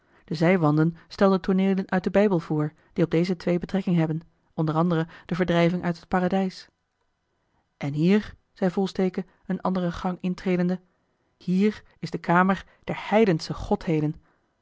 de zijwanden stelden tooneelen uit den bijbel voor die op deze twee betrekking hebben o a de verdrijving uit het paradijs en hier zei volsteke eene andere gang intredende hier is de kamer der heidensche godheden